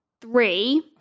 three